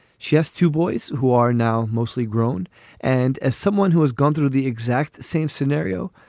she has two boys who are now mostly grown and as someone who has gone through the exact same scenario.